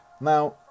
Now